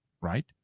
right